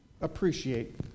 appreciate